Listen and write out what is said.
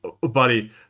Buddy